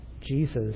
Jesus